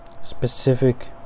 Specific